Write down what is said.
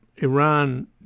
Iran